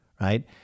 right